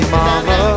mama